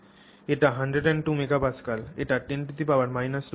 এটি 102 MPa এটি 10 2 MPa